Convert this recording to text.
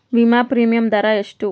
ವಿಮಾ ಪ್ರೀಮಿಯಮ್ ದರಾ ಎಷ್ಟು?